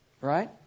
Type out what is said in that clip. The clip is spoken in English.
Right